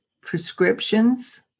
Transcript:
prescriptions